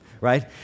right